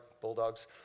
Bulldogs